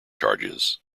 charges